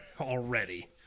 already